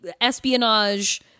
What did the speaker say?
espionage